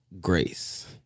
grace